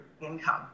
income